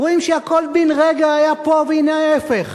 רואים שהכול בן-רגע היה פה והנה ההיפך.